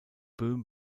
böhm